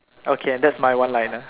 okay that's my one liner